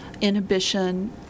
inhibition